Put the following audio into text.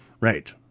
Right